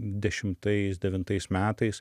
dešimtais devintais metais